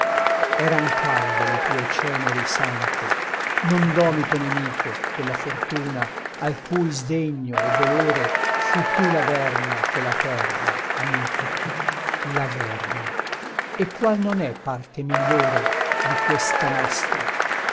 eran calde le tue ceneri sante non domito nemico della fortuna al cui sdegno e dolore fu più l'averno che la terra amico l'averno e qual non è parte migliore di questa nostra